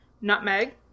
Nutmeg